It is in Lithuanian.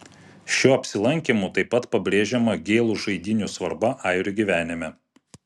šiuo apsilankymu taip pat pabrėžiama gėlų žaidynių svarba airių gyvenime